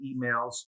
emails